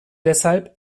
deshalb